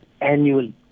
annually